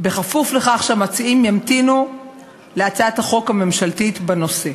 כפוף לכך שהמציעים ימתינו להצעת החוק הממשלתית בנושא.